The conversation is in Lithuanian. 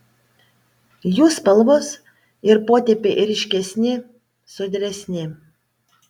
jų spalvos ir potėpiai ryškesni sodresni